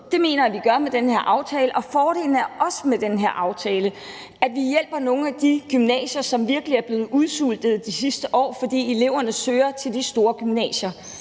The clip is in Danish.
Det mener jeg vi gør med den her aftale, og fordelen med den her aftale er også, at vi hjælper nogle af de gymnasier, som virkelig er blevet udsultet de sidste år, fordi eleverne søger til de store gymnasier.